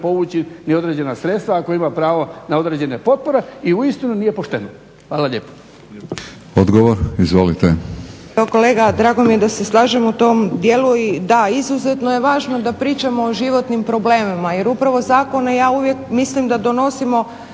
povući ni određena sredstva ako ima prava na određene potpore i uistinu nije pošteno. Hvala lijepa.